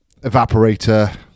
evaporator